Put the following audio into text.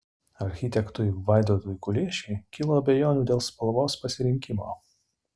architektui vaidotui kuliešiui kilo abejonių dėl spalvos pasirinkimo